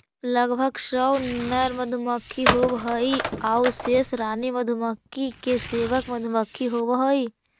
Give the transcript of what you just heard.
लगभग सौ नर मधुमक्खी होवऽ हइ आउ शेष रानी मधुमक्खी के सेवक मधुमक्खी होवऽ हइ